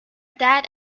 dad